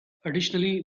additionally